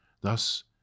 thus